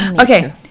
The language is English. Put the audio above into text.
Okay